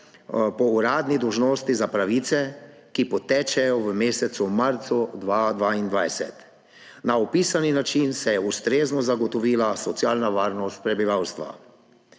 po uradni dolžnosti za pravice, ki potečejo v mesecu marcu 2022. Na opisan način se je ustrezno zagotovila socialna varnost prebivalstva.